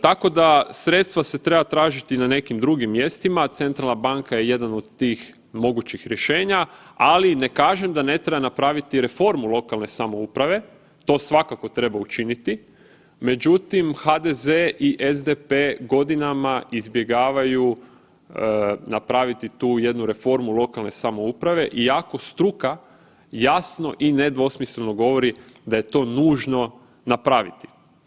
Tako da, sredstva se treba tražiti na nekim drugim mjestima, centralna banka je jedan od tih mogućih rješenja, ali ne kažem da ne treba napraviti i reformu lokalne samouprave, to svakako treba učiniti, međutim, HDZ i SDP godinama izbjegavaju napraviti tu jednu reformu lokalne samouprave iako struka jasno i nedvosmisleno govori da je to nužno napraviti.